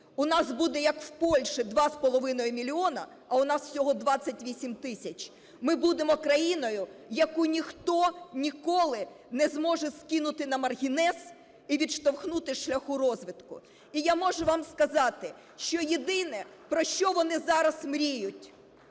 у нас буде, як в Польщі, 2,5 мільйона, а у нас всього 28 тисяч, ми будемо країною, яку ніхто ніколи не зможе скинути на маргінес і відштовхнути зі шляху розвитку. І я можу вам сказати, що єдине, про що вони зараз мріють